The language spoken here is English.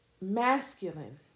masculine